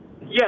Yes